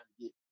get